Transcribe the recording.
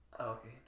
Okay